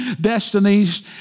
destinies